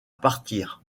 partir